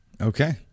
Okay